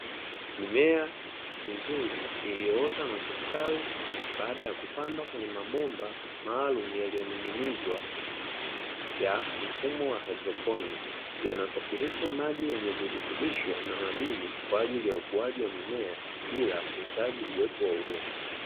Mimea mizuri iliyoota na kustawi baada ya kupandwa kwenye mabomba maalumu yaliyoning'inizwa ya mfumo wa haidroponi, yanayosafirisha maji yenye virutubisho na madini kwa ajili ya ukuaji wa mimea bila kuhitaji uwepo wa udongo.